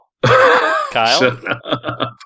Kyle